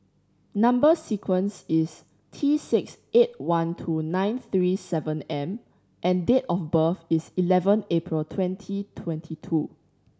number sequence is T six eight one two nine three seven M and date of birth is eleven April twenty twenty two